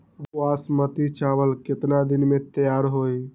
बासमती चावल केतना दिन में तयार होई?